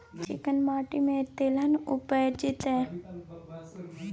चिक्कैन माटी में तेलहन उपजतै?